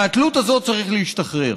מהתלות הזאת צריך להשתחרר.